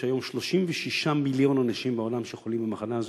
יש היום בעולם 36 מיליון אנשים שחולים במחלה הזאת,